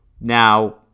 Now